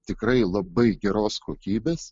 tikrai labai geros kokybės